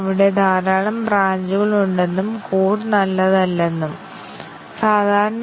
അതിനാൽ A B ശരിയാകുമ്പോൾ തീരുമാനത്തിന്റെ ഫലം ശരിയാണ്